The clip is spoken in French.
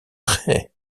très